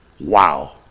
Wow